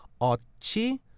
ochi